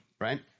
Right